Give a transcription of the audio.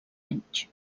anys